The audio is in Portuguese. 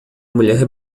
mulher